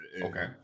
Okay